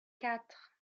quatre